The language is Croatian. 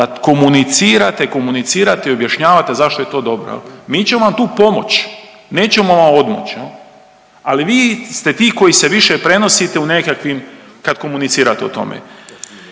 da komunicirate, komunicirate i objašnjavate zašto je to dobro. Mi ćemo vam tu pomoć, nećemo vam odmoć, ali vi ste ti koji se više prenosite u nekakvim kad komunicirate o tome.